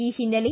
ಈ ಹಿನ್ನೆಲೆ